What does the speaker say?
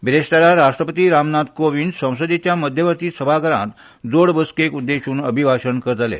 बिरेस्तारा राष्ट्रपती राम नाथ कोविंद संसदेच्या मध्यवर्ती सभाघरांत जोड बसकेक उद्देश्न अभिभाशण करतले